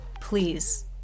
please